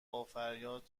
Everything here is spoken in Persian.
بافریاد